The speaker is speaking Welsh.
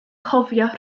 cofio